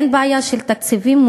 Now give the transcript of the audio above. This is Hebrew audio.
אין בעיה של תקציבים.